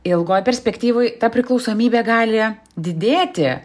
ilgoj perspektyvoj ta priklausomybė gali didėti